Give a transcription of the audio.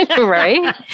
right